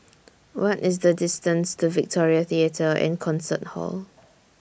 What IS The distance to Victoria Theatre and Concert Hall